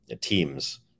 teams